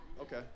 Okay